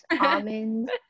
almonds